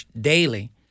daily